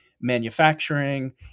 Manufacturing